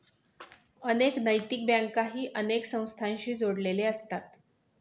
अनेक नैतिक बँकाही अनेक संस्थांशी जोडलेले असतात